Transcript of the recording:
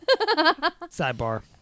Sidebar